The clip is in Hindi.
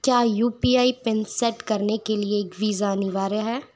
क्या U P I PIN set करने के लिए एक वीज़ा अनिवार्य है